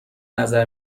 نظر